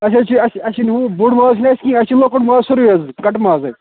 اَسہِ حظ چھِی اَسہِ اَسہِ چھِی نہٕ ہُو بوٚڈ ماز چھُے نہٕ اَسہِ کیٚنٛہہ اَسہِ چھُ لۅکُٹ ماز سورُے حظ کَٹہٕ مازے